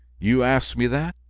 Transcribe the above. you ask me that!